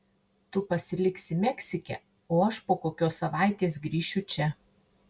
tu pasiliksi meksike o aš po kokios savaitės grįšiu čia